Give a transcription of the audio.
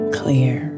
clear